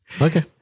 Okay